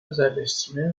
özelleştirmeye